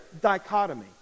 dichotomy